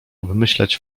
obmyślać